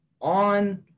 on